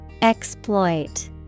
Exploit